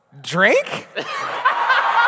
drink